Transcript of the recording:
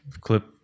clip